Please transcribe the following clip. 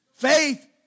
Faith